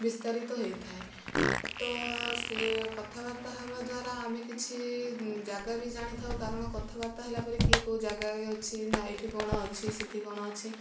ବିସ୍ତାରିତ ହୋଇଥାଏ ତ ସେ କଥାବାର୍ତ୍ତା ହେବା ଦ୍ୱାରା ଆମେ କିଛି ଯାଗା ବି ଜାଣିଥାଉ କାରଣ କଥାବାର୍ତ୍ତା ହେଲା ପରେ କିଏ କେଉଁ ଯାଗାରେ ଅଛି ନା ଏଠି କ'ଣ ଅଛି ସେଠି କ'ଣ ଅଛି